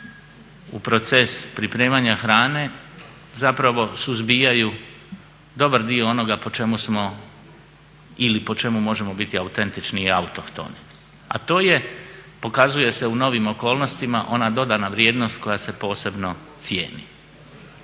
u proces pripremanja hrane zapravo suzbijaju dobar dio onoga po čemu smo ili po čemu možemo biti autentični i autohtoni, a to je pokazuje se u novim okolnostima ona dodana vrijednost koja se posebno cijeni.